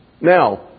Now